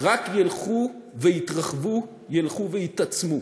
רק ילכו ויתרחבו, ילכו ויתעצמו.